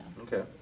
Okay